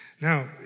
Now